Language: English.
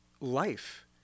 life